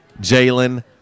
Jalen